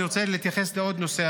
אני רוצה להתייחס לעוד נושא,